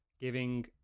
giving